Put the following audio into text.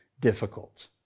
difficult